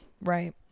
Right